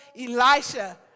Elisha